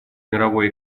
мировой